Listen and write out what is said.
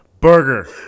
Burger